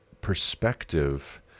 perspective